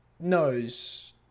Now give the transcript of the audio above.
Knows